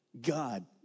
God